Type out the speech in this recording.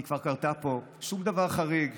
היא כבר קרתה פה שום דבר חריג,